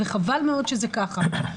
וחבל מאוד שזה ככה.